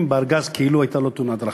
בתאונת הארגז כאילו הייתה לו תאונת דרכים.